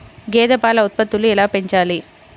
గేదె పాల ఉత్పత్తులు ఎలా పెంచాలి?